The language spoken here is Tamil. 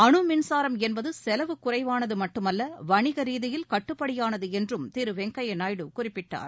அனுமின்சாரம் என்பது செலவு குறைவானது மட்டுமல்ல வணிக ரீதியில் கட்டுப்படியானது என்றும் திரு வெங்கய்ய நாயுடு குறிப்பிட்டார்